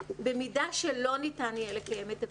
במידה שלא ניתן יהיה לקיים את הפעילות,